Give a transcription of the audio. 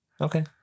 Okay